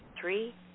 Three